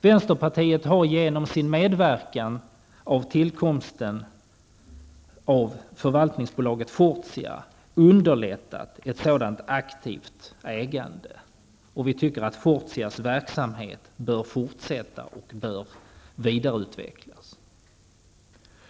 Vänsterpartiet har genom sin medverkan vid tillkomsten av förvaltningsbolaget Fortia underlättat ett sådant aktivt ägande, och vi tycker att Fortias verksamhet bör fortsätta och vidareutvecklas.